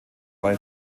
bei